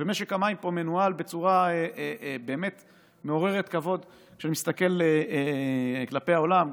ומשק המים פה מנוהל בצורה באמת מעוררת כבוד כשאני מסתכל כלפי העולם,